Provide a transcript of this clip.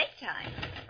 daytime